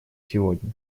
сегодня